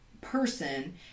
person